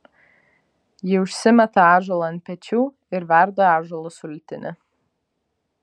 ji užsimeta ąžuolą ant pečių ir verda ąžuolo sultinį